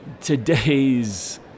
today's